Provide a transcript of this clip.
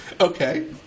Okay